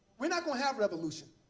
we're not going have revolution.